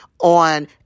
on